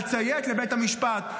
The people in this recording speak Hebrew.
לציית לבית המשפט,